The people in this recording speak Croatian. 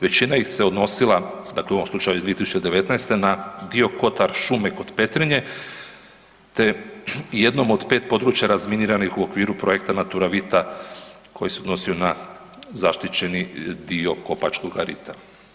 Većina ih se odnosila u ovom slučaju iz 2019. na dio Kotar šume kod Petrinje te jednom od pet područja razminiranih u okviru projekta „Naturavita“ koji se odnosio na zaštićeni dio Kopačkoga rita.